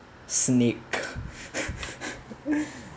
snake